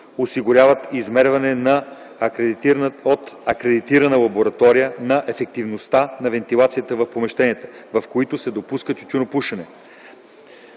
осигуряват измерване от акредитирана лаборатория на ефективността на вентилацията в помещенията, в които се допуска тютюнопушене.